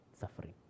suffering